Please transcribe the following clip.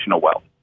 wealth